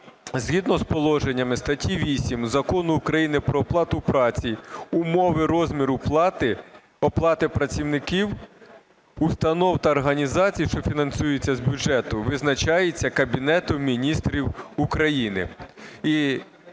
згідно з положеннями статті 8 Закону України "Про оплату праці" умови розміру плати, оплати працівників установ та організацій, що фінансуються з бюджету, визначається Кабінетом Міністрів України.